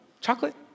chocolate